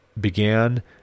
began